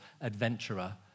adventurer